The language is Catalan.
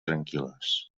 tranquil·les